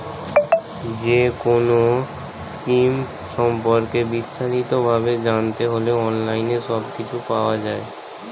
যেকোনো স্কিম সম্পর্কে বিস্তারিত ভাবে জানতে হলে অনলাইনে সবকিছু পাওয়া যায়